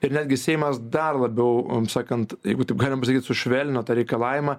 ir netgi seimas dar labiau sakant jeigu taip galima pasakyt sušvelnino tą reikalavimą